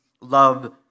love